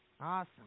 Awesome